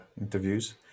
interviews